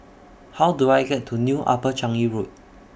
How Do I get to New Upper Changi Road